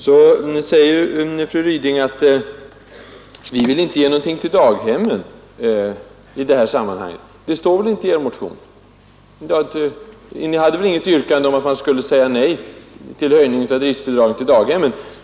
Så säger fru Ryding att kommunisterna inte vill ge någonting till daghemmen i detta sammanhang. Det står väl inte i er motion. Ni har väl inget yrkande om att riksdagen skall säga nej till höjningen av driftbidraget till daghemmen.